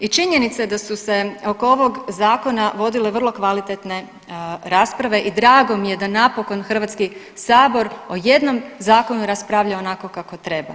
I činjenica je da su se oko ovog zakona vodile vrlo kvalitetne rasprave i drago mi je da napokon HS o jednom zakonu raspravlja onako kako treba.